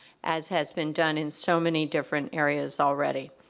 as has been done in so many different areas already.